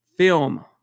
film